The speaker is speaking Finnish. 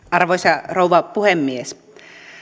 arvoisa rouva puhemies